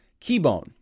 Keybone